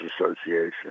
Association